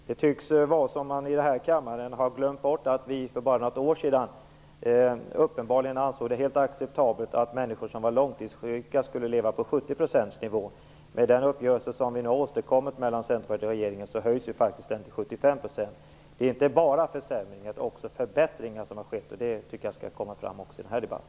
Det tycks vara så att man här i kammaren har glömt bort att vi bara för något år sedan uppenbarligen ansåg det helt acceptabelt att långtidssjuka skulle leva på 70-procentsnivån. Med den uppgörelse som Centerpartiet och regeringen nu kommit fram till höjs nivån faktiskt till 75 %. Det har inte bara skett försämringar utan också förbättringar, och jag tycker att det skall komma fram också i denna debatt.